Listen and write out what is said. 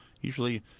Usually